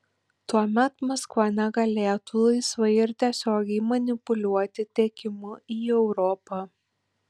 tuomet maskva negalėtų laisvai ir tiesiogiai manipuliuoti tiekimu į europą